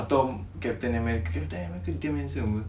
atau captain america captain america damn handsome apa